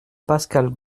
pascale